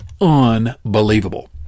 unbelievable